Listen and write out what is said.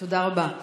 תודה רבה,